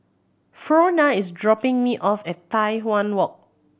Frona is dropping me off at Tai Hwan Walk